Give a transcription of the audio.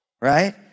right